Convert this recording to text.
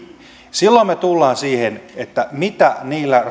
silloin me tulemme siihen mitä